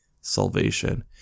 salvation